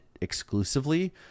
exclusively